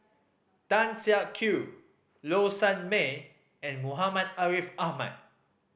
Tan Siak Kew Low Sanmay and Muhammad Ariff Ahmad